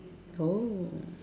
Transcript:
oh